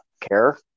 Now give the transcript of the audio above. care